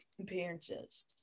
appearances